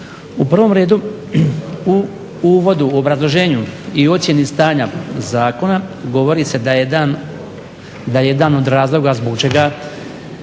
U prvom radu u uvodu u obrazloženju i ocjeni stanja zakona govori se da je jedan od razloga zbog čega